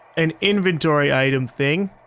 an inventory item thing.